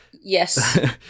yes